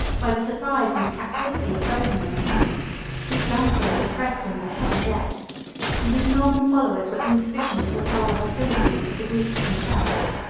by the surprise and captivity of bohemond his ransom had oppressed him with a heavy debt and his norman followers were insufficient to repel the hostilities of the greeks and turks.